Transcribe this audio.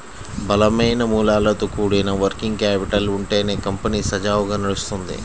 బలమైన మూలాలతో కూడిన వర్కింగ్ క్యాపిటల్ ఉంటేనే కంపెనీ సజావుగా నడుత్తది